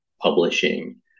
publishing